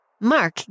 Mark